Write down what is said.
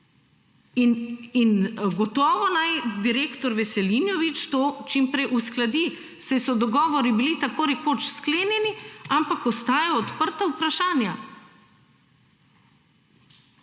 In gotovo naj direktor Veselinovič to čim prej uskladi, saj so dogovorili bili takorekoč sklenjeni, ampak ostajajo odprta vprašanja.